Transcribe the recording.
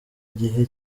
gihe